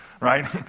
right